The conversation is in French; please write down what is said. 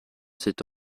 s’est